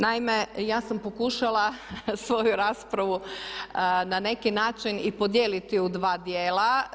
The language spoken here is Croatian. Naime, ja sam pokušala svoju raspravu na neki način i podijeliti u dva djela.